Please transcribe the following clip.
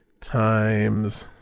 times